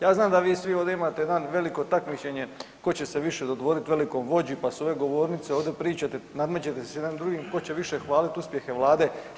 Ja znam da vi svi ovdje imate jedan veliko takmičenje tko će se više dodvoriti velikom vođi pa s ove govornice ovdje pričate, nadmećete se jedan drugim tko će više hvaliti uspjehe Vlade.